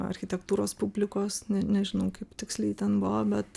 architektūros publikos ne nežinau kaip tiksliai ten buvo bet